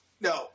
No